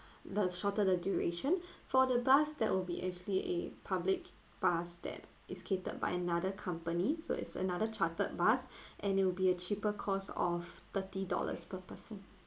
the shorter the duration for the bus that will be actually a public bus that is catered by another company so it's another chartered bus and it'll be a cheaper cost of thirty dollars per person